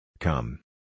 Come